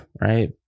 right